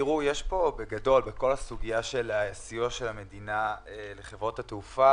בכל הסוגיה של הסיוע של המדינה לחברות התעופה,